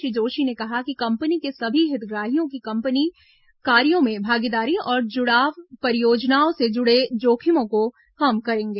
श्री जोशी ने कहा कि कंपनी के सभी हितग्राहियों की कंपनी कार्यों में भागीदारी और जुड़ाव परियोजनाओं से जुड़े जोखिमों को कम करेंगे